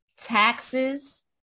taxes